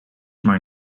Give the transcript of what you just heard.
maar